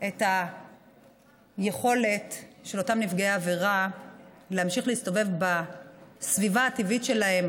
את היכולת של אותם נפגעי עבירה להמשיך להסתובב בסביבה הטבעית שלהם,